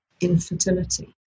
infertility